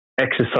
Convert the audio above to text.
exercise